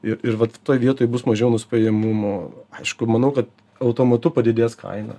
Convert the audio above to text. ir ir vat toj vietoj bus mažiau nuspėjamumo aišku manau kad automatu padidės kaina